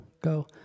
go